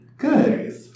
Good